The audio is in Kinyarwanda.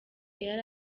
yari